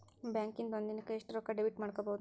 ಬ್ಯಾಂಕಿಂದಾ ಒಂದಿನಕ್ಕ ಎಷ್ಟ್ ರೊಕ್ಕಾ ಡೆಬಿಟ್ ಮಾಡ್ಕೊಬಹುದು?